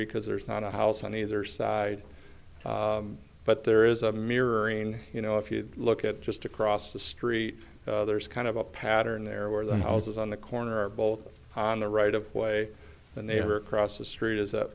because there's not a house on either side but there is a mirroring you know if you look at just across the street there's kind of a pattern there where the houses on the corner are both on the right of way the neighbor across the street is